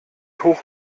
hoch